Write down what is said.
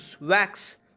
wax